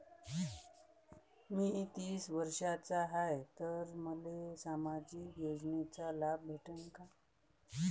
मी तीस वर्षाचा हाय तर मले सामाजिक योजनेचा लाभ भेटन का?